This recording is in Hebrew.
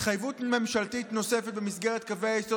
התחייבות ממשלתית נוספת במסגרת קווי היסוד